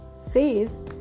says